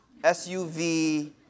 SUV